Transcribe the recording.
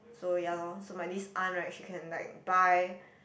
so ya lor so my this aunt right she can like buy